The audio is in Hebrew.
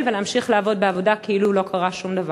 ולהמשיך לעבוד בעבודה כאילו לא קרה שום דבר.